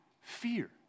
fear